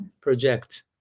project